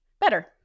better